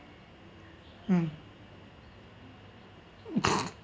um